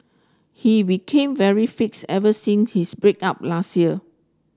he became very fits ever since his break up last year